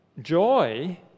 joy